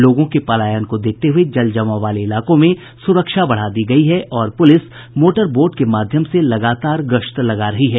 लोगों के पलायन को देखते हुए जल जमाव वाले इलाकों में सुरक्षा बढ़ा दी गयी है और पुलिस मोटरबोट के माध्यम से लगातार गश्त लगा रही है